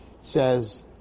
says